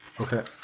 Okay